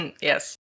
Yes